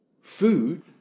food